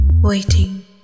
waiting